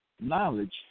knowledge